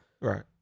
Right